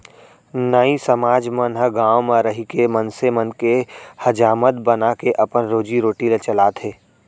नाई समाज मन ह गाँव म रहिके मनसे मन के हजामत बनाके अपन रोजी रोटी ल चलाथे